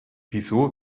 wieso